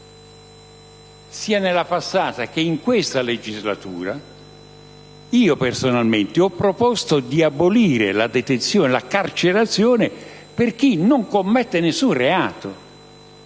Sia nella passata che in questa legislatura io personalmente ho proposto di abolire la carcerazione per chi non commette nessun reato.